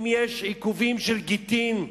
אם יש עיכובים של גטין,